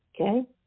Okay